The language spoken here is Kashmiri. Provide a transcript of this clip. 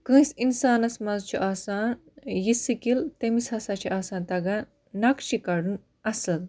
کٲنٛسہِ اِنسانَس منٛز چھُ آسان یہِ سِکِل تٔمِس ہَسا چھُ آسان تَگان نَقشہِ کَڑُن اَصٕل